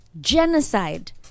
genocide